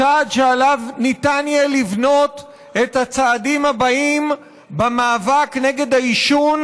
צעד שעליו ניתן יהיה לבנות את הצעדים הבאים במאבק נגד העישון,